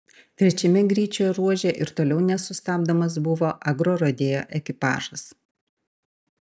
trečiame greičio ruože ir toliau nesustabdomas buvo agrorodeo ekipažas